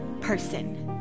person